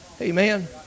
Amen